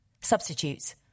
Substitutes